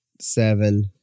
seven